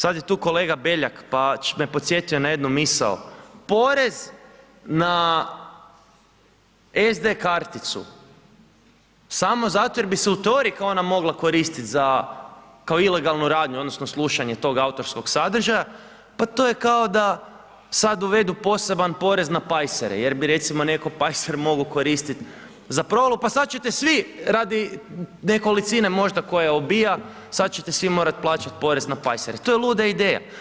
Sad je tu kolega Beljak pa me je podsjetio na jednu misao, porez na SD karticu samo zato jer bi se u teoriji kao ona mogla koristiti za kao ilegalnu radnju odnosno slušanje tog autorskog sadržaja, pa to je kao da sad uvedu poseban porez na pajsere, jer bi recimo netko pajser mogao koristit za provalu, pa sad ćete svi radi nekolicine možda koja obija, sad ćete svi morat plaćat porez na pajsere, to je luda ideja.